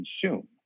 consume